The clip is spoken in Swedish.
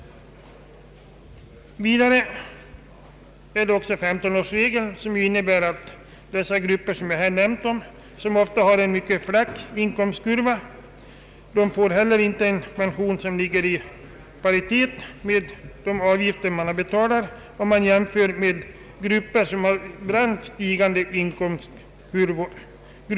Vidare har vi 15 årsregeln, som innebär att dessa grupper med en mycket flack inkomstkurva, inte får en pension som ligger i paritet med de avgifter man betalat, om vi jämför med grupper som har brant stigande inkomstkurvor.